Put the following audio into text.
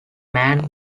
man